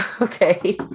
Okay